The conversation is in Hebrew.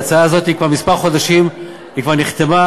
ההצעה הזאת כבר כמה חודשים, כבר נחתמה.